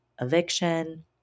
eviction